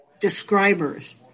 describers